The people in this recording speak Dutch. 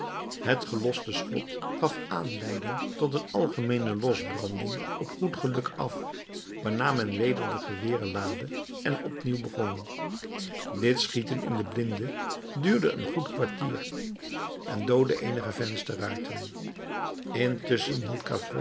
het geloste schot gaf aanleiding tot een algemeene losbranding op goed geluk af waarna men weder de geweren laadde en opnieuw begon dit schieten in den blinde duurde een goed kwartier en doodde eenige vensterruiten